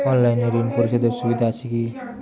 অনলাইনে ঋণ পরিশধের সুবিধা আছে কি?